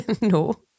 No